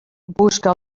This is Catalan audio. busca